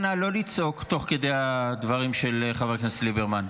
נא לא לצעוק תוך כדי הדברים של חבר הכנסת ליברמן.